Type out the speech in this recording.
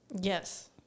Yes